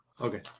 Okay